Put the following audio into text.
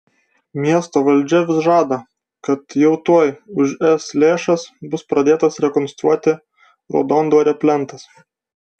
miesto valdžia vis žada kad jau tuoj už es lėšas bus pradėtas rekonstruoti raudondvario plentas